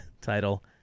title